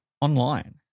online